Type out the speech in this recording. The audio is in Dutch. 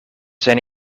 zijn